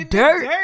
dirt